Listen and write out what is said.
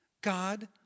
God